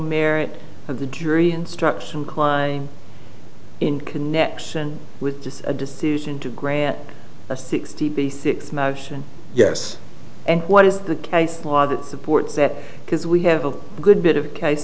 merit of the jury instruction cly in connection with just a decision to grant a sixty b six motion yes and what is the case law that supports that because we have a good bit of case